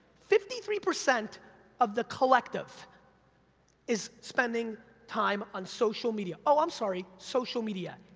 fifty three percent of the collective is spending time on social media. oh, i'm sorry, social media,